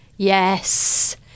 Yes